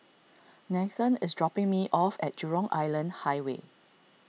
Nathen is dropping me off at Jurong Island Highway